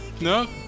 no